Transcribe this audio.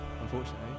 unfortunately